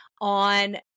on